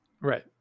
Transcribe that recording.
right